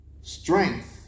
strength